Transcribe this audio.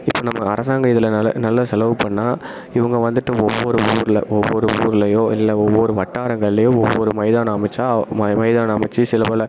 இப்போ நம்ப அரசாங்கம் இதில் நல்லா நல்லா செலவு பண்ணால் இவங்க வந்துவிட்டு ஒவ்வொரு ஊரில் ஒவ்வொரு ஊர்லையோ இல்லை ஒவ்வொரு வட்டாரங்கள்லையோ ஒவ்வொரு மைதானம் அமைச்சால் மை மைதானம் அமைச்சு சில பல